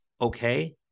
okay